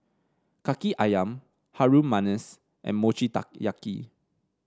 kaki ayam Harum Manis and Mochi Taiyaki